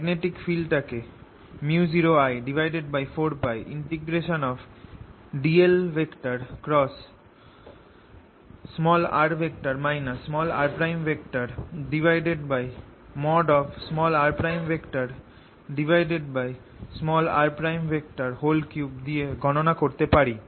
magnetic ফিল্ডটাকে µ0I4πdlr rr r3 দিয়ে গণনা করতে পারি